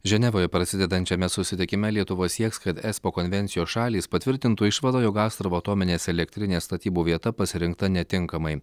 ženevoje prasidedančiame susitikime lietuva sieks kad espo konvencijos šalys patvirtintų išvadą jog astravo atominės elektrinės statybų vieta pasirinkta netinkamai